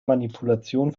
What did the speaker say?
manipulation